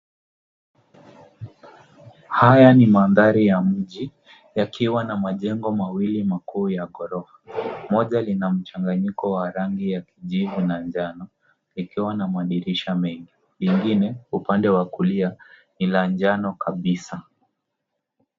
Haya ni mandhari ya mji yakiwa na majengo mawili makuu ya ghorofa. Moja lina mchanganyiko wa rangi ya kijivu na njano likiwa na madirisha mengi. Ingine upande wa kulia ni la njano kabisa.